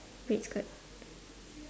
red skirt